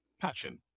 passion